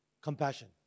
Compassion